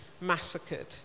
massacred